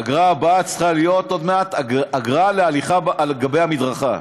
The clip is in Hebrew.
האגרה הבאה צריכה להיות עוד מעט אגרה להליכה על-גבי המדרכה.